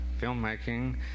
filmmaking